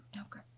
Okay